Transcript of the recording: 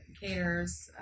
caters